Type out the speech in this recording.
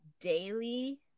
daily